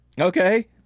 Okay